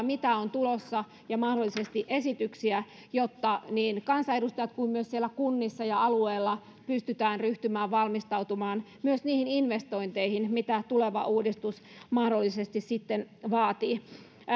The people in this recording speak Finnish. mitä on tulossa ja mahdollisesti esityksiä jotta niin kansanedustajat pystyvät kuin myös siellä kunnissa ja alueilla pystytään ryhtymään valmistautumaan myös niihin investointeihin mitä tuleva uudistus mahdollisesti vaatii